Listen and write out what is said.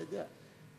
אתה יודע.